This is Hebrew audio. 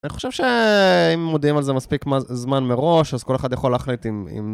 אני חושב שאם מודיעים על זה מספיק זמן מראש, אז כל אחד יכול להחליט אם...